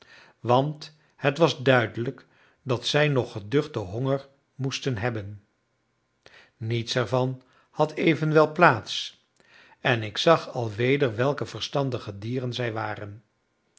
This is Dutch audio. want het was duidelijk dat zij nog geduchten honger moesten hebben niets ervan had evenwel plaats en ik zag alweder welke verstandige dieren zij waren